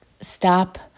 Stop